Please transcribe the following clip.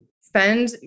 Spend